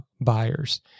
buyers